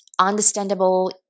Understandable